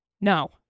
no